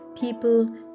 people